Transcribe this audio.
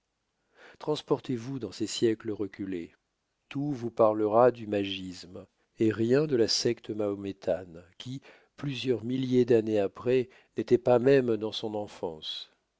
transportez vous dans ces siècles reculés tout vous parlera du magisme et rien de la secte mahométane qui plusieurs milliers d'années après n'étoit pas même dans son enfance